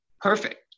perfect